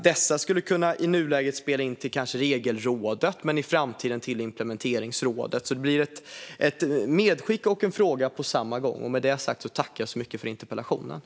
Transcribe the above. Dessa skulle i nuläget kanske kunna spela in till Regelrådet men i framtiden till implementeringsrådet. Detta blir alltså ett medskick och en fråga på samma gång.